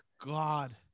God